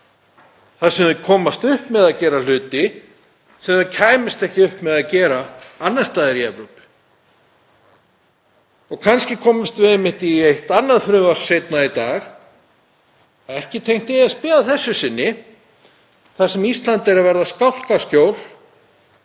þar sem þau kæmust upp með að gera hluti sem þau kæmust ekki upp með að gera annars staðar í Evrópu. Kannski komumst við einmitt í eitt annað frumvarp seinna í dag, ekki tengt ESB að þessu sinni, þar sem Ísland er að verða skálkaskjól